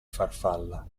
farfalla